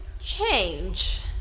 change